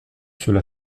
cela